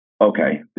okay